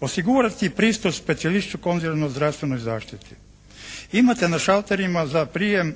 Osigurati pristup specijalistčkoj konzilijarnoj zdravstvenoj zaštiti. Imate na šalterima za prijem